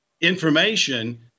information